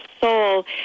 soul